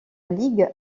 ligue